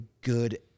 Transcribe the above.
good